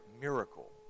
miracle